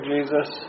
Jesus